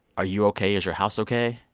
are you ok? is your house ok?